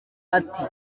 ati